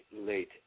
late